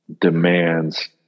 demands